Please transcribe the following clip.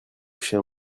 chien